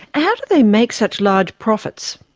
how do they make such large profits?